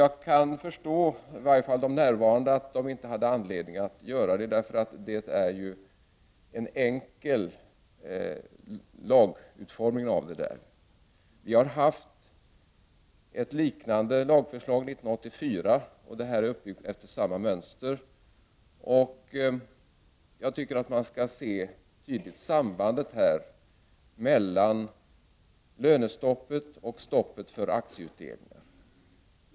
Jag kan förstå att de närvarande inte hade några invändningar, eftersom det rör sig om en enkel lagutformning. 1984 behandlades ett liknande lagförslag, och detta förslag är utarbetat efter samma mönster. Det finns ett tydligt samband mellan lönestoppet och stoppet för aktieutdelningar.